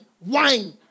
wine